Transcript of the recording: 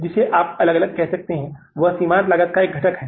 जिसे आप अलग अलग कह सकते हैं वह सीमांत लागत का एक घटक है